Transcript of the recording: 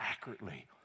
accurately